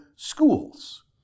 Schools